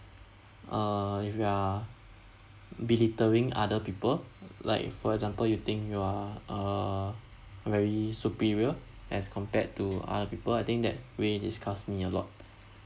uh if you are belittling other people like for example you think you are uh very superior as compared to other people I think that way disgusts me a lot